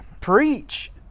preach